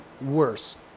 worse